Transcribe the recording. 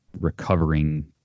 recovering